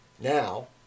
Now